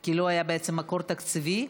כי לא היה בעצם מקור תקציבי,